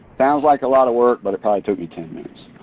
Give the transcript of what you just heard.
sounds like a lot of work but it probably took me ten minutes.